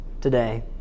today